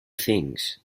things